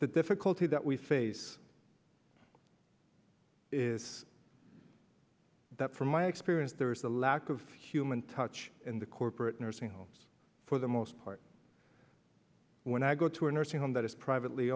the difficulty that we face is that from my experience there is a lack of human touch in the corporate nursing homes for the most part when i go to a nursing home that is privately